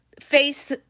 face